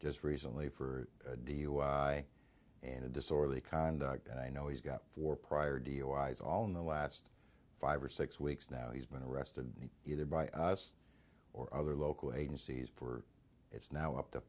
just recently for dui and disorderly conduct and i know he's got four prior duis all in the last five or six weeks now he's been arrested either by us or other local agencies for it's now up to